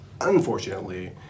Unfortunately